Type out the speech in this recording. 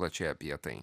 plačiai apie tai